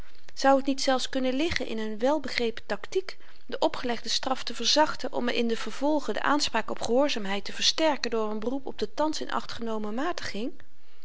zou t niet zelfs kunnen liggen in n welbegrepen taktiek de opgelegde straf te verzachten om in den vervolge de aanspraak op gehoorzaamheid te versterken door n beroep op de thans in acht genomen matiging